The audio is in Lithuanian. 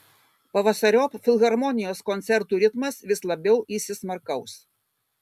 pavasariop filharmonijos koncertų ritmas vis labiau įsismarkaus